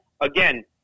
again